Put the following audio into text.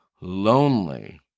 lonely